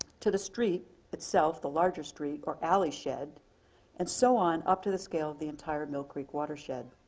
to the street itself the larger street or alley shed and so on up to the scale the entire mill creek watershed.